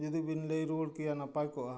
ᱡᱩᱫᱤ ᱵᱮᱱ ᱞᱟᱹᱭ ᱨᱩᱭᱟᱹᱲ ᱠᱮᱭᱟ ᱱᱟᱯᱟᱭ ᱠᱚᱜᱼᱟ